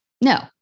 no